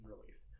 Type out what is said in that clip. released